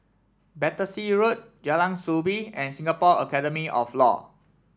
Battersea Road Jalan Soo Bee and Singapore Academy of Law